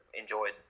enjoyed